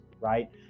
right